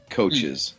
coaches